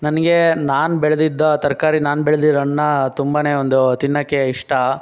ನನಗೆ ನಾನು ಬೆಳೆದಿದ್ದ ತರಕಾರಿ ನಾನು ಬೆಳೆದಿರೋ ಅಣ್ಣ ತುಂಬನೇ ಒಂದು ತಿನ್ನೋಕ್ಕೆ ಇಷ್ಟ